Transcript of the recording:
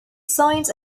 signs